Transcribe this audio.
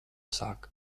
saka